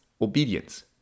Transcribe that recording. obedience